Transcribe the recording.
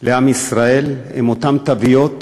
על עם ישראל הן אותן תוויות